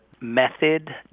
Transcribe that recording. method